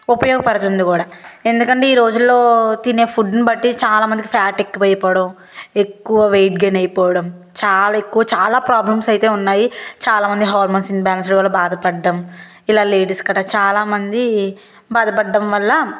ఉపయోగపడుతుంది కూడా ఎందుకంటే ఈ రోజుల్లో తినే ఫుడ్ని బట్టి చాలామందికి ఫ్యాట్ ఎక్కువ అయ్యిపోవడం ఎక్కువ వెయిట్ గైన్ అయిపోవడం చాలా ఎక్కువ చాలా ప్రాబ్లమ్స్ అయితే ఉన్నాయి చాలా మంది హార్మోన్స్ ఇన్బ్యాలెన్స్ వల్ల బాధపడ్డం ఇలా లేడీస్ కట్ట చాలామంది బాధపడ్డం వల్ల